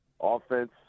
offense